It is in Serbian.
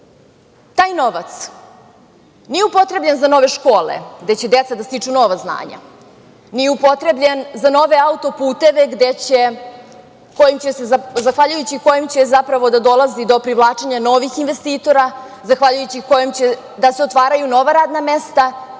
Taj novac nije upotrebljen za nove škole, gde će deca da stiču nova znanja, nije upotrebljen za nove auto-puteve zahvaljujući kojima će zapravo da dolazi do privlačenja novih investitora, zahvaljujući kojima će da se otvaraju nova radna mesta,